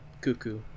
Cuckoo